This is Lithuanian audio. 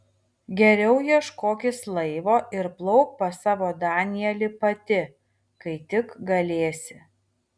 geriau ieškokis laivo ir plauk pas savo danielį pati kai tik galėsi